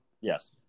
Yes